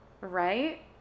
right